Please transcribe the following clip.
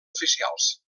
oficials